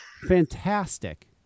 Fantastic